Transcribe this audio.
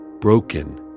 broken